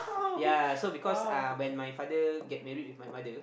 yea so because uh when my father get married with my mother